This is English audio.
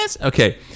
Okay